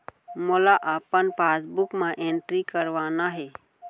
मोला अपन पासबुक म एंट्री करवाना हे?